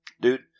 Dude